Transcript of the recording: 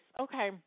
Okay